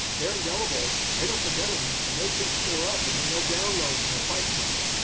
they're indelible, they don't forget them. and those things store up. and then they'll download when a fight comes,